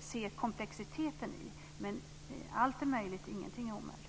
ser komplexiteten i, men allt är möjligt, ingenting är omöjligt.